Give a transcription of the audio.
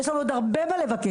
יש לנו עוד הרבה מה לבקש.